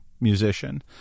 musician